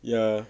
ya